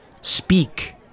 speak